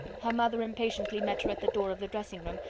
her mother impatiently met her at the door of the dressing-room,